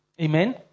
Amen